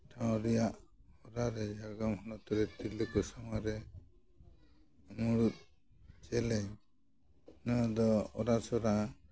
ᱨᱮᱭᱟᱜ ᱦᱚᱨᱟ ᱨᱮ ᱡᱷᱟᱲᱜᱨᱟᱢ ᱦᱚᱱᱚᱛ ᱨᱮ ᱛᱤᱨᱞᱟᱹ ᱠᱚ ᱥᱟᱢᱟᱝ ᱨᱮ ᱢᱩᱬᱩᱛ ᱪᱮᱞᱮᱧᱡ ᱱᱚᱣᱟ ᱫᱚ ᱚᱨᱟᱥᱚᱨᱟ